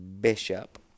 Bishop